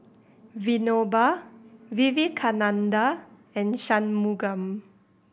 Vinoba Vivekananda and Shunmugam